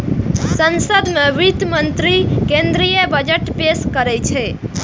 संसद मे वित्त मंत्री केंद्रीय बजट पेश करै छै